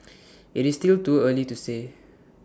IT is still too early to say